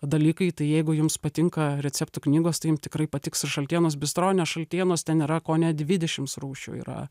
dalykai tai jeigu jums patinka receptų knygos tai jum tikrai patiks ir šaltienos bistro nes šaltienos ten yra kone dvidešims rūšių yra